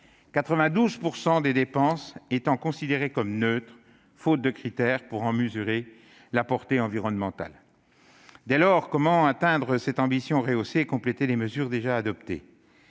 92 % des dépenses sont considérées comme neutres, faute de critères pour en mesurer la portée environnementale. Dès lors, comment atteindre cette ambition rehaussée et compléter les mesures déjà adoptées ?